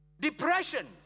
depression